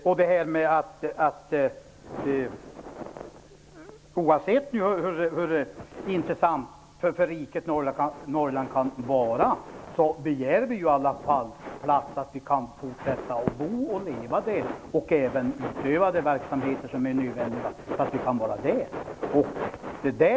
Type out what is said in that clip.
Oavsett hur intressant Norrland kan vara för riket i övrigt begär vi i alla fall så pass mycket att vi kan fortsätta att bo och leva där samt även utöva de verksamheter som är nödvändiga för att kunna göra detta.